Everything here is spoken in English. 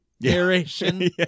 narration